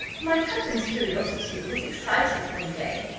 my captain's curiosity was excited one day,